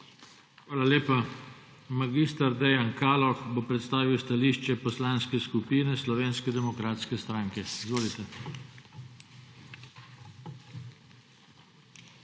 Hvala lepa. Mag. Dejan Kaloh bo predstavil stališče Poslanske skupine Slovenske demokratske stranke. Izvolite.